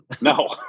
No